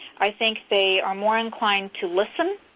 i think they are more inclined to listen.